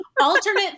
Alternate